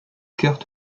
kurt